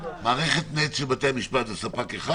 מערכת נט של בתי-המשפט זה ספק אחד?